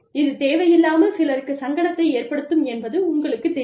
இது தேவையில்லாமல் சிலருக்கு சங்கடத்தை ஏற்படுத்தும் என்பது உங்களுக்குத் தெரியும்